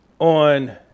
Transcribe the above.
on